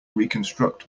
reconstruct